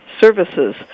services